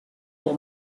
pour